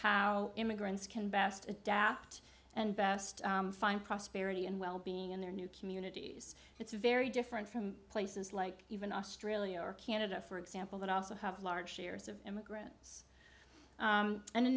how immigrants can best adapt and best find prosperity and wellbeing in their new communities it's very different from places like even australia or canada for example that also have large shares of immigrants and a